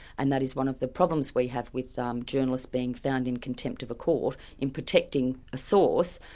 and that is one of the problems we have with um journalists being found in contempt of a court in protecting a source,